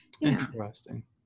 Interesting